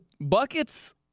Buckets